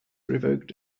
revoked